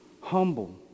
humble